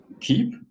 keep